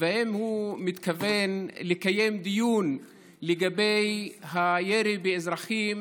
והאם הוא מתכוון לקיים דיון לגבי הירי באזרחים